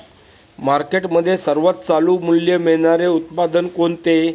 मार्केटमध्ये सर्वात चालू मूल्य मिळणारे उत्पादन कोणते?